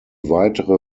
weitere